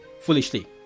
foolishly